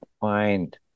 find